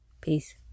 Peace